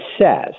says